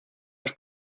los